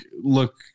look